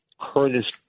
Curtis